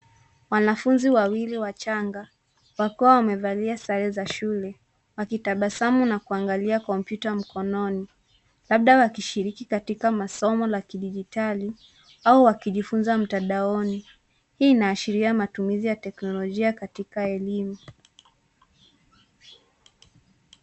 Wanafunzi wawili wachanga, wakiwa wamevalia sare za shule, wakitabasamu na kuangalia kompyuta mkonono, labda wakishiriki katika masomo la kidijitali, au wakijifunza mtandaoni. Hii inaashiria matumiza ya teknolojia katika elimu.